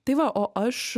tai va o aš